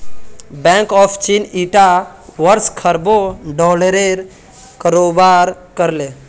bank of चीन ईटा वर्ष खरबों डॉलरेर कारोबार कर ले